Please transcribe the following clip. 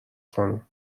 خانم